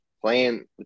playing